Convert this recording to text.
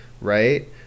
right